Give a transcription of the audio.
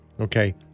Okay